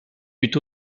eut